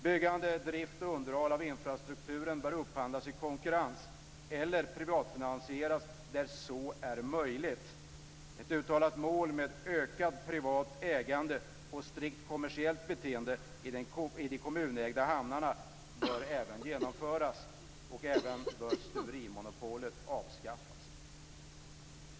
Byggande, drift och underhåll av infrastrukturen bör upphandlas i konkurrens eller privatfinansieras där så är möjligt. Ett uttalat mål med ett ökad privat ägande och ett strikt kommersiellt beteende i de kommunägda hamnarna bör även genomföras och stuverimonopolet bör avskaffas.